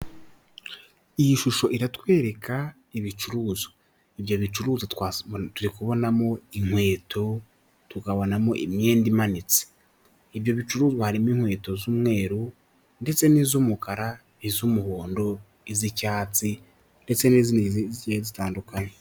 Iyi shusho iratwereka ibicuruzwa, ibyo bicuruzwa kubonamo inkweto, tukabonamo imyenda imanitse. Ibyo bicuruzwa harimo inkweto z'umweru, ndetse n'iz'umukara n'iz'umuhondo iz'icyatsi ndetse n'izindi zigiye zitandukanye.